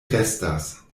restas